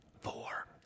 four